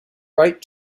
write